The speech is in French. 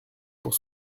pour